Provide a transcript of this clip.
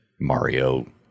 Mario